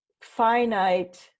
finite